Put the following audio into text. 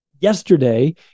yesterday